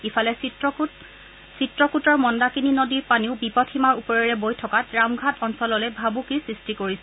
ইফালে চিত্ৰকূট মন্দাকিনী নদীৰ পানীও বিপদ সীমাৰ ওপৰেৰে বৈ থকাত ৰামঘাট অঞ্চললৈ ভাবুকিৰ সৃষ্টি কৰিছে